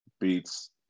beats